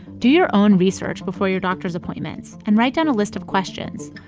do your own research before your doctor's appointments, and write down a list of questions.